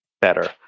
better